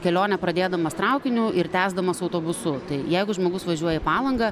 kelionę pradėdamas traukiniu ir tęsdamas autobusu jeigu žmogus važiuoja į palangą